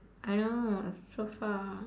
I know so far